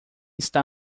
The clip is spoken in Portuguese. está